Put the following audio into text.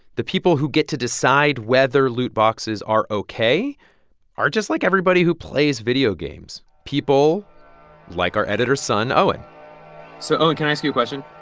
the people who get to decide whether loot boxes are ok are just like everybody who plays video games, people like our editor's son owen so, owen, can i ask you a question?